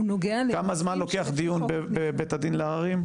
כמה זמן לוקח דיון בבית הדין לערערים?